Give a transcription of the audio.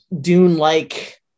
Dune-like